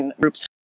groups